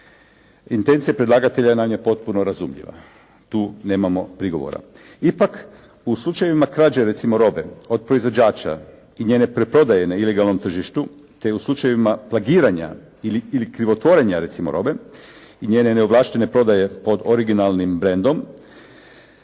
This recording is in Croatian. Intencija predlagatelja je na njoj potpuno razumljiva, tu nemamo prigovora. Ipak, u slučajevima krađe recimo robe od proizvođača i njene preprodaje na ilegalnom tržištu te u slučajevima plagiranja ili krivotvorenja recimo robe i njene neovlaštene prodaje pod originalnim brandom,